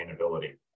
sustainability